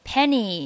Penny